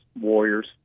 warriors